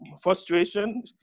frustration